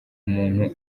umuntu